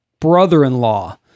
brother-in-law